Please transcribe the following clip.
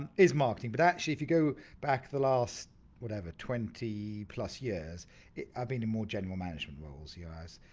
and is marketing but actually if you go back the last whatever twenty plus years i've been in more general management roles, i yeah was